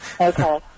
Okay